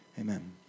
amen